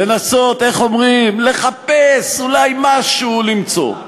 לנסות, איך אומרים, לחפש, אולי משהו למצוא.